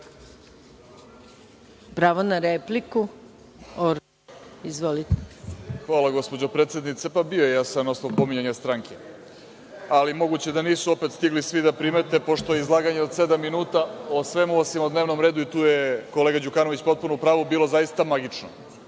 Orlić** Hvala, gospođo predsednice. Jasan je osnov – pominjanje stranke, ali moguće da nisu opet stigli svi da primete pošto je izlaganje od sedam minuta o svemu, osim o dnevnom redu, i tu je kolega Đukanović potpuno u pravu, bilo zaista magično.